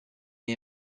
the